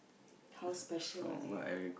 how special are they are